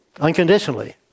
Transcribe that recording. Unconditionally